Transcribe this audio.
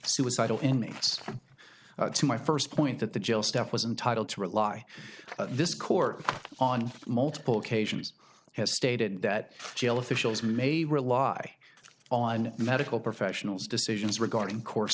suicidal inmates to my first point that the jail staff was entitle to rely on this court on multiple occasions has stated that jail officials may rely on medical professionals decisions regarding course